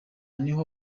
niho